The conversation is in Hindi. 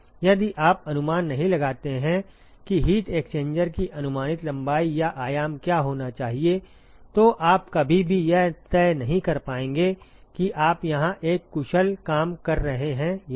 यदि आप अनुमान नहीं लगाते हैं कि हीट एक्सचेंजर की अनुमानित लंबाई या आयाम क्या होना चाहिए तो आप कभी भी यह तय नहीं कर पाएंगे कि आप यहां एक कुशल काम कर रहे हैं या नहीं